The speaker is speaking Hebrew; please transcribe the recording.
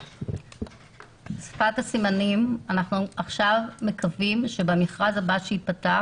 עכשיו אנחנו מקווים שבמכרז הבא ב"קול הבריאות" שייפתח